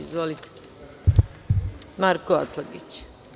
Izvolite, Marko Atlagić.